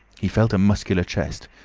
he felt a muscular chest,